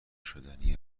شدنی